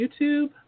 YouTube